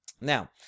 Now